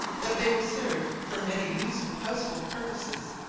that they will serve for many useful household purposes,